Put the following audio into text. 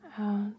Out